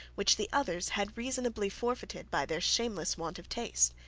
which the others had reasonably forfeited by their shameless want of taste.